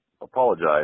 apologize